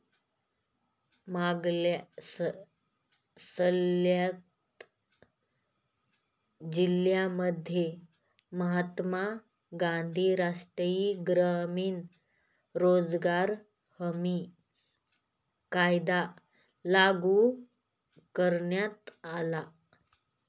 मागासलेल्या जिल्ह्यांमध्ये महात्मा गांधी राष्ट्रीय ग्रामीण रोजगार हमी कायदा लागू करण्यात आला